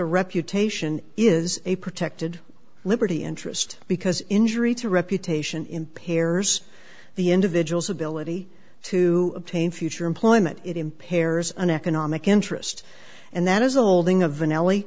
reputation is a protected liberty interest because injury to reputation impairs the individual's ability to obtain future employment it impairs an economic interest and that is the holding of